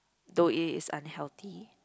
though it is unhealthy